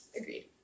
agreed